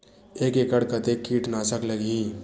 एक एकड़ कतेक किट नाशक लगही?